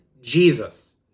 Jesus